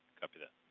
copy that.